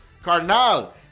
Carnal